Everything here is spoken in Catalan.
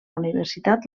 universitat